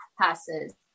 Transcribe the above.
passes